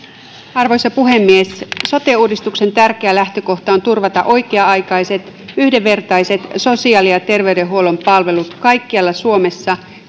arvoisa puhemies sote uudistuksen tärkeä lähtökohta on turvata oikea aikaiset yhdenvertaiset sosiaali ja terveydenhuollon palvelut kaikkialla suomessa